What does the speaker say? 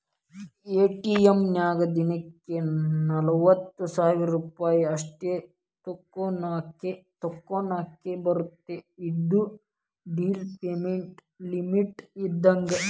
ATM ನ್ಯಾಗು ದಿನಕ್ಕ ನಲವತ್ತ ಸಾವಿರ್ ರೂಪಾಯಿ ಅಷ್ಟ ತೋಕೋನಾಕಾ ಬರತ್ತಾ ಇದು ಡೆಲಿ ಪೇಮೆಂಟ್ ಲಿಮಿಟ್ ಇದ್ದಂಗ